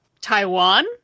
Taiwan